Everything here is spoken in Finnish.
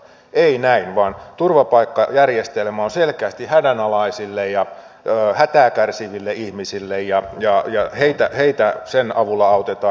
ei näin vaan turvapaikkajärjestelmä on selkeästi hädänalaisille ja hätää kärsiville ihmisille ja heitä sen avulla autetaan